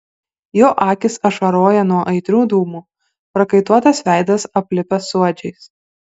jo akys ašaroja nuo aitrių dūmų prakaituotas veidas aplipęs suodžiais